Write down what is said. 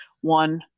one